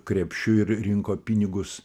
krepšiu ir rinko pinigus